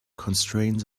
constraints